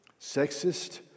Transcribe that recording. sexist